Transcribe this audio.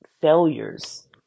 failures